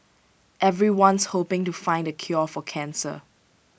everyone's hoping to find the cure for cancer